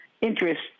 interest